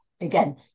again